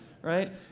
right